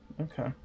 Okay